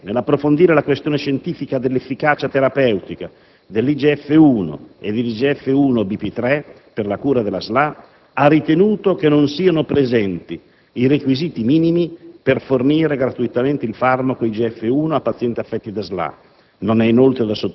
La CTS, nell'approfondire la questione scientifica dell'efficacia terapeutica dell'IGF-1/IGF-1BP3 per la cura della SLA, ha ritenuto che non siano presenti i requisiti minimi per fornire gratuitamente il farmaco IGF-1 a pazienti affetti da SLA;